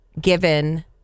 given